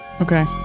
Okay